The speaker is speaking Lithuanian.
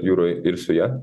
jūroj ir su ja